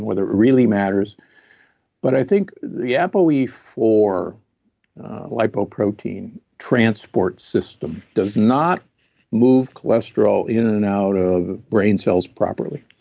whether it really matters but i think the apoe e four lipo protein transport system does not move cholesterol in and out of brain cells properly.